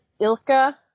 Ilka